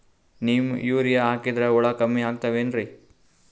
Neem urea ಹಾಕದ್ರ ಹುಳ ಕಮ್ಮಿ ಆಗತಾವೇನರಿ?